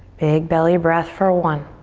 big belly breath for one,